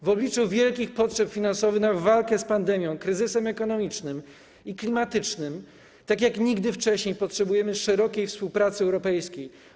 W obliczu wielkich potrzeb finansowych spowodowanych walką z pandemią, kryzysem ekonomicznym i klimatycznym jak nigdy wcześniej potrzebujemy szerokiej współpracy europejskiej.